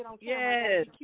Yes